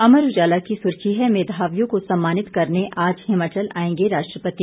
अमर उजाला की सुर्खी है मेघावियों को सम्मानित करने आज हिमाचल आएंगे राष्ट्रपति